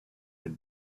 had